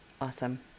Awesome